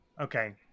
Okay